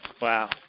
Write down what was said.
Wow